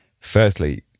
firstly